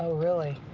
really.